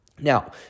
Now